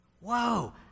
Whoa